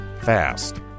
fast